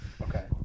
Okay